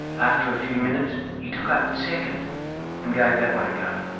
after a few minutes he took up the second and gave that one a go.